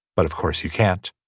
but of course you can't.